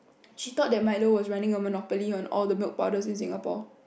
she thought that Milo was running on monopoly on all the milk powders in Singapore